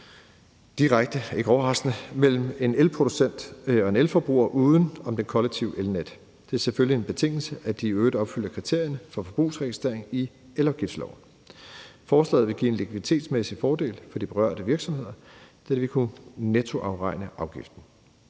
linje mellem en elproducent og en elforbruger uden om det kollektive elnet. Det er selvfølgelig en betingelse, at de i øvrigt opfylder kriterierne for forbrugsregistrering i elafgiftsloven. Forslaget vil give en likviditetsmæssig fordel for de berørte virksomheder, da de vil kunne nettoafregne afgiften.